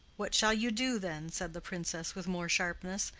what shall you do then? said the princess, with more sharpness.